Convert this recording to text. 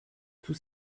tous